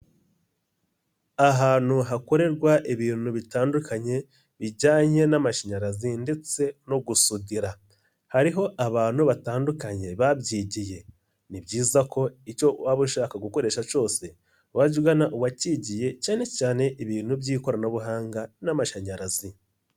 Ahantu hakorerwa ibintu bitandukanye, bijyanye n'amashanyarazi ndetse no gusudira. Hariho abantu batandukanye babyigiye. Ni byiza ko icyo waba ushaka gukoresha cyose, wajya ugana uwakigiye cyane cyane ibintu by'ikoranabuhanga n'amashanyarazi.